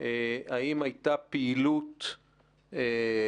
הייתה פעילות כזאת או אחרת של